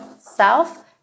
South